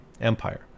Empire